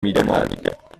میدهد